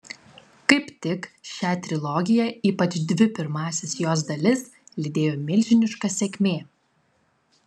kaip tik šią trilogiją ypač dvi pirmąsias jos dalis lydėjo milžiniška sėkmė